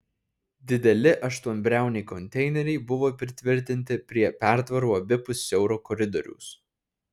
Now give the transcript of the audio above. dideli aštuonbriauniai konteineriai buvo pritvirtinti prie pertvarų abipus siauro koridoriaus